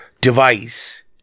device